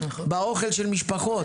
באוכל של משפחות.